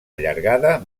allargada